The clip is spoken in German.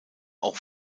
auch